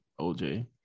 OJ